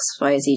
XYZ